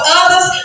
others